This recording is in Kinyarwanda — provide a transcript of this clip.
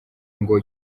ngo